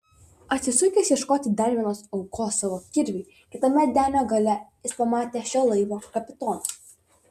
atsisukęs ieškoti dar vienos aukos savo kirviui kitame denio gale jis pamatė šio laivo kapitoną